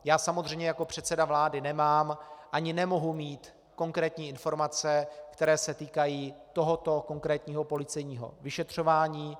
Já samozřejmě jako předseda vlády nemám ani nemohu mít konkrétní informace, které se týkají tohoto konkrétního policejního vyšetřování.